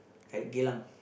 at Geylang